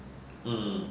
hmm